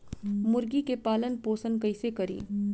मुर्गी के पालन पोषण कैसे करी?